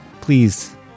Please